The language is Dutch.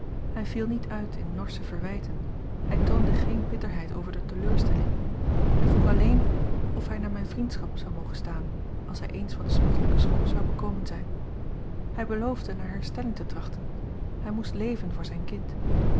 hij viel niet uit in norsche verwijten hij toonde geene bitterheid over de teleurstelling hij vroeg alleen of hij naar mijne vriendschap zou mogen staan als hij eens van den smartelijken schok zou bekomen zijn hij beloofde naar herstelling te trachten hij moest leven voor zijn kind